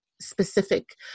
specific